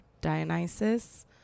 Dionysus